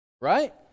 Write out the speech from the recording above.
Right